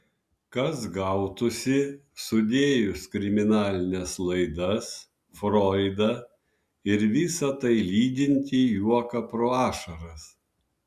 kas gautųsi sudėjus kriminalines laidas froidą ir visa tai lydintį juoką pro ašaras